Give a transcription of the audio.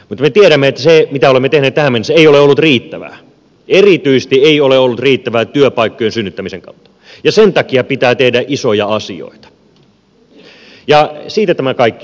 mutta me tiedämme että se mitä olemme tehneet tähän mennessä ei ole ollut riittävää erityisesti se ei ole ollut riittävää työpaikkojen synnyttämisen kautta ja sen takia pitää tehdä isoja asioita ja siitä tämä kaikki lähtee